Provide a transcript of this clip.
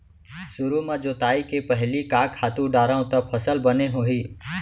सुरु म जोताई के पहिली का खातू डारव त फसल बने होही?